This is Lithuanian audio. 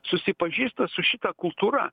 susipažįsta su šita kultūra